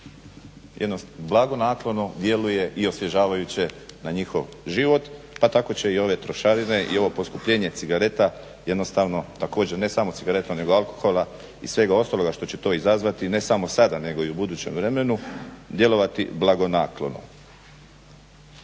politika blagonaklono djeluje i osvježavajuće na njihov život pa tako će i ove trošarine i ovo poskupljenje cigareta jednostavno također, ne samo cigareta nego i alkohola i svega ostaloga što će to izazvati, ne samo sada nego i u budućem vremenu djelovati blagonaklono.